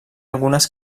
algunes